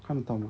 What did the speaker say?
看得到吗